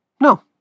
No